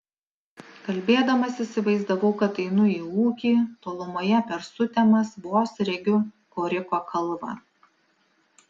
kalbėdamas įsivaizdavau kad einu į ūkį tolumoje per sutemas vos regiu koriko kalvą